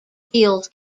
fields